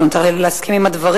לא נותר לי אלא להסכים עם הדברים,